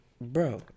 Bro